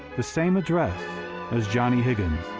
the same address as johnny higgins,